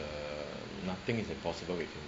err nothing is impossible